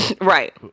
right